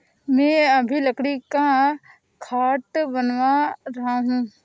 मैं अभी लकड़ी का खाट बना रहा हूं